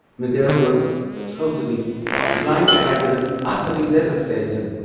miguel was totally blindsided and utterly devastated.